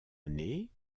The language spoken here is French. année